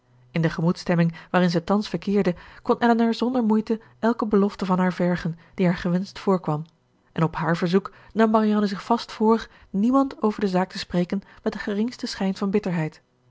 in de gemoedsstemming waarin ze thans verkeerde kon elinor zonder moeite elke belofte van haar vergen die haar gewenscht voorkwam en op haar verzoek nam marianne zich vast voor niemand over de zaak te spreken met den geringsten schijn van bitterheid